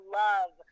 love